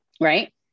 Right